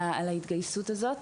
על ההתגייסות הזאת.